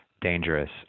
dangerous